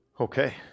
Okay